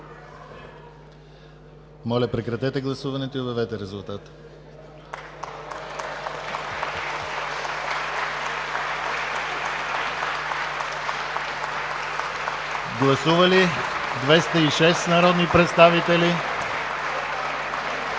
Моля, прекратете гласуването и обявете резултат. Гласували 196 народни представители: за